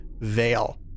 veil